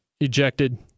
ejected